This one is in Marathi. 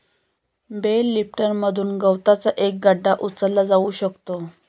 बेल लिफ्टरमधून गवताचा एक गठ्ठा उचलला जाऊ शकतो